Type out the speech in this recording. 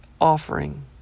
offering